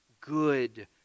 good